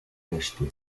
l’acheter